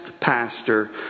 pastor